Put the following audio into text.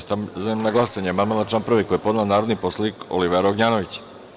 Stavljam na glasanje amandman na član 1. koji je podnela narodni poslanik Olivera Ognjanović.